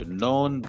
known